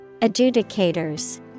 Adjudicators